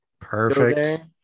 Perfect